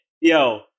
yo